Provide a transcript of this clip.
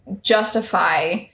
justify